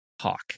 Hawk